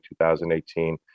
2018